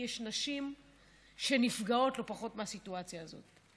יש נשים שנפגעות לא פחות מהסיטואציה הזאת.